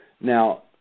now